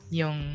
yung